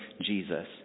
Jesus